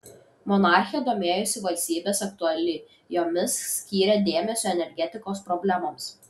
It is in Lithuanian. monarchė domėjosi valstybės aktualijomis skyrė dėmesio energetikos problemoms